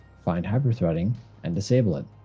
find hyper-threading and disable it.